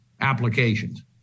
applications